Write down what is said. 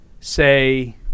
say